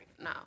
no